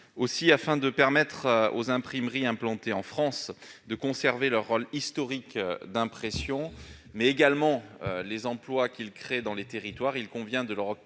Aussi, afin de permettre aux imprimeries implantées en France de conserver leur rôle historique d'impression, mais également les emplois qu'ils créent dans les territoires, il convient de leur octroyer